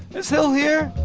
is hill here?